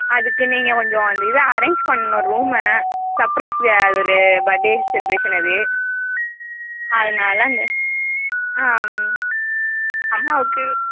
அதுக்கு நீங்கள் கொஞ்சம் அந்த இதை அரேஞ்ச் பண்ணணும் ரூமை சர்பிரைஸு அது ஒரு பர்த் டே செலிப்ரேஷன் அது அதனால் அந்த அம்மாவுக்கு